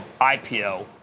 IPO